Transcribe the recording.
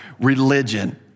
religion